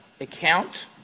account